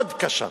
מאוד קשה.